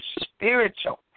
spiritual